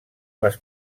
les